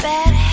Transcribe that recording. Bad